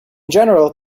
general